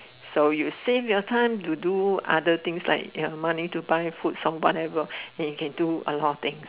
so you save your time to do other things like get money to buy food from whatever and you can do a lot of things